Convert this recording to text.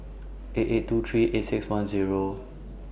eight eight two three eight six one Zero